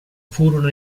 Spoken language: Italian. furono